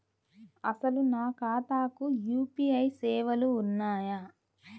అసలు నా ఖాతాకు యూ.పీ.ఐ సేవలు ఉన్నాయా?